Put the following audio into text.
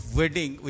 wedding